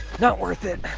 not worth it.